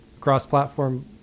cross-platform